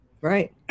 Right